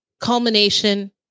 Culmination